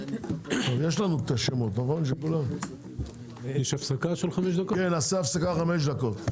11:15.